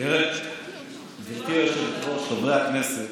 גברתי היושבת-ראש, חברי הכנסת,